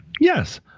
yes